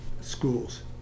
schools